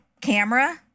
camera